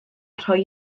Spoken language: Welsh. rhoi